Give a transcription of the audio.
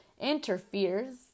interferes